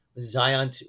Zion